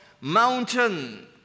mountain